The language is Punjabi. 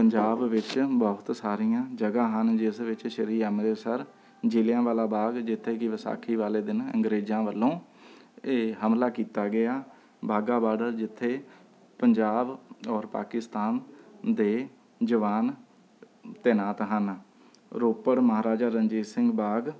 ਪੰਜਾਬ ਵਿੱਚ ਬਹੁਤ ਸਾਰੀਆਂ ਜਗ੍ਹਾ ਹਨ ਜਿਸ ਵਿੱਚ ਸ੍ਰੀ ਅੰਮ੍ਰਿਤਸਰ ਜਲ੍ਹਿਆਂ ਵਾਲਾ ਬਾਗ ਜਿੱਥੇ ਕਿ ਵਿਸਾਖੀ ਵਾਲੇ ਦਿਨ ਅੰਗਰੇਜ਼ਾ ਵੱਲੋਂ ਇਹ ਹਮਲਾ ਕੀਤਾ ਗਿਆ ਬਾਘਾ ਬਾਡਰ ਜਿੱਥੇ ਪੰਜਾਬ ਔਰ ਪਾਕਿਸਤਾਨ ਦੇ ਜਵਾਨ ਤੈਨਾਤ ਹਨ ਰੋਪੜ ਮਹਾਰਾਜਾ ਰਣਜੀਤ ਸਿੰਘ ਬਾਗ